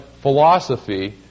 philosophy